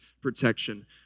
protection